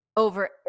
Over